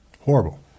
Horrible